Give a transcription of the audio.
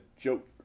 joke